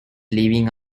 leaving